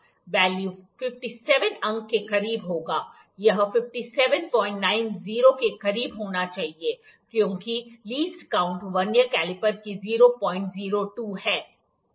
value 57 अंक के करीब होगा यह 5790 के करीब होना चाहिए क्योंकि लीस्ट काॅऊंट वर्नियर कैलिपर की 002 है